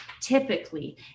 typically